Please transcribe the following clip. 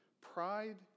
pride